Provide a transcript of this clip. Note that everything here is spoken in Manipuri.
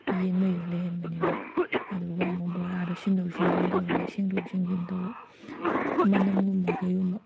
ꯌꯦꯟ ꯉꯩꯗꯣ ꯂꯩꯍꯟꯕꯅꯤ ꯑꯗꯨꯒ ꯑꯃꯨꯛ ꯕꯣꯔꯥꯗꯣ ꯁꯤꯟꯗꯣꯛ ꯁꯤꯟꯖꯤꯟ ꯇꯧꯔꯒ ꯁꯤꯟꯗꯣꯛ ꯁꯤꯟꯖꯤꯟ ꯇꯧꯕ ꯍꯥꯏꯗꯤ ꯃꯅꯝꯒꯨꯝꯕ ꯀꯩꯒꯨꯝꯕ